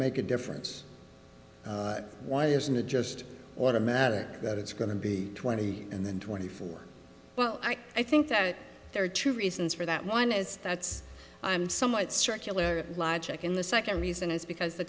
make a difference why isn't it just automatic that it's going to be twenty and then twenty four well i think that there are two reasons for that one is that's i'm somewhat circular logic in the second reason is because the